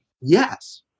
Yes